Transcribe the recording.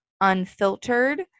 unfiltered